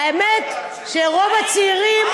האמת שרוב הצעירים,